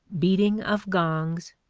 beating of gongs,